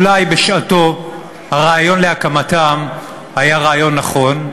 אולי בשעתו הרעיון להקימם היה רעיון נכון,